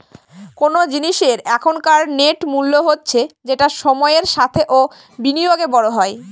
কোন জিনিসের এখনকার নেট মূল্য হচ্ছে যেটা সময়ের সাথে ও বিনিয়োগে বড়ো হয়